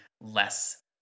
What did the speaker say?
less